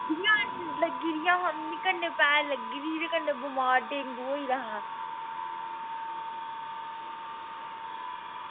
इ'यां लग्गी दियां हियां मी कन्नै पैर लग्गी दी ही कन्नै बमार डेंगू होई गेदा हा